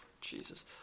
Jesus